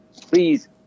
please